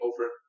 over